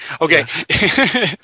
Okay